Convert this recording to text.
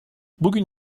bugün